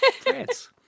France